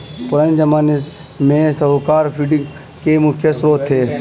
पुराने ज़माने में साहूकार फंडिंग के मुख्य श्रोत थे